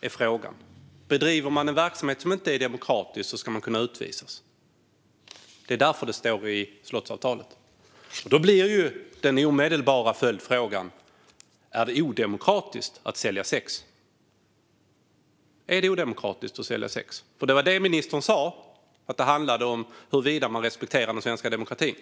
är frågan. Bedriver man en verksamhet som inte är demokratisk ska man kunna utvisas. Det är därför det står i slottsavtalet. Den omedelbara följdfrågan blir om det är odemokratiskt att sälja sex. Ministern sa att det handlar om huruvida man respekterar den svenska demokratin.